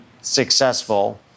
successful